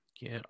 Get